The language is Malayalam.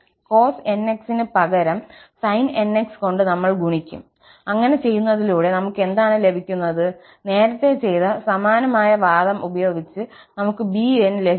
Cos nx ന് പകരം sin nx കൊണ്ട് നമ്മൾ ഗുണിക്കും അങ്ങനെ ചെയ്യുന്നതിലൂടെ നമുക്ക് എന്താണ് ലഭിക്കുന്നത് നേരത്തെ ചെയ്ത സമാനമായ വാദം ഉപയോഗിച്ച് നമുക്ക് bn ലഭിക്കും